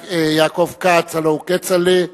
יעקב כץ, הלוא הוא כצל'ה.